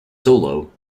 solo